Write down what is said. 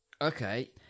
okay